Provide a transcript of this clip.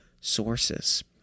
sources